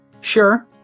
Sure